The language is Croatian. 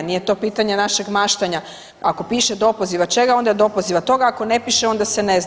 Nije to pitanje našeg maštanja, ako piše do opoziva čega onda je do opoziva toga, ako ne piše onda se ne zna.